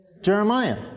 Jeremiah